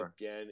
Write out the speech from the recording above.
again